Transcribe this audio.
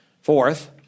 Fourth